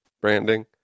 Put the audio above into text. branding